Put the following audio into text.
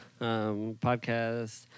Podcast